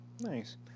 nice